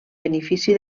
benefici